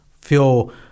feel